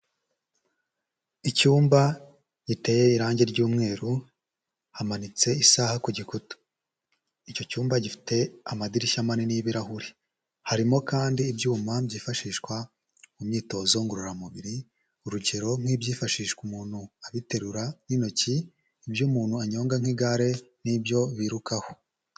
Icyumba giteye irangi ry'umweru, hamanitse isaha ku giku, icyo cyumba gifite amadirishya manini y'ibirahuri, harimo kandi ibyuma byifashishwa mu myitozo ngororamubiri, urugero nk'ibyifashishwa umuntu abiterura n'intoki, ibyo umuntu anyonga nk'igare n'ibyo birukaho.